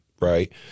right